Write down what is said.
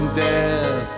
death